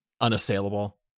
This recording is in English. unassailable